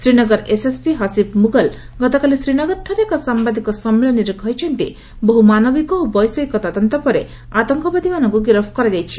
Srinagar SSP Haseeb Mughal ଗତକାଲି ଶ୍ରୀନଗରଠାରେ ଏକ ସାମ୍ବାଦିକ ସମ୍ମିଳନୀରେ କହିଛନ୍ତି ଯେ ମାନବିକ ଓ ବୈଷୟିକ ତଦନ୍ତ ପରେ ଆତଙ୍କବାଦୀମାନଙ୍କୁ ଗିରଫ କରାଯାଇଛି